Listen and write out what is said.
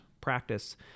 practice